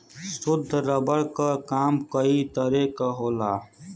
शुद्ध रबर क काम कई तरे क होला